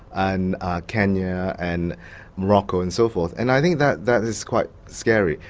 and kenya, and morocco and so forth, and i think that that is quite scary.